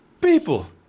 people